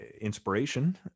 inspiration